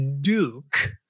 Duke